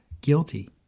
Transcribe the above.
guilty